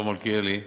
הרב מלכיאלי,